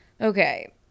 Okay